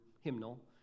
hymnal